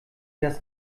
das